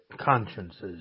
consciences